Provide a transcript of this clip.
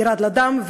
ירד לה דם,